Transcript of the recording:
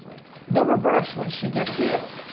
the reverse, when she gets you.